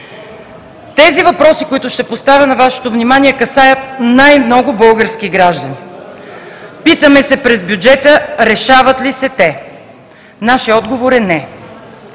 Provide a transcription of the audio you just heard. Тези въпроси, които ще поставя на Вашето внимание, касаят най-много български граждани. Питаме се: през бюджета решават ли се те? Нашият отговор е – не.